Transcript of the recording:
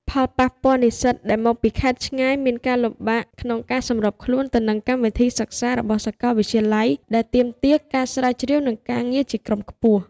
ផលប៉ះពាល់និស្សិតដែលមកពីខេត្តឆ្ងាយអាចមានការលំបាកក្នុងការសម្របខ្លួនទៅនឹងកម្មវិធីសិក្សារបស់សាកលវិទ្យាល័យដែលទាមទារការស្រាវជ្រាវ និងការងារជាក្រុមខ្ពស់។